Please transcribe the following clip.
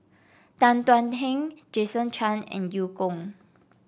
Tan Thuan Heng Jason Chan and Eu Kong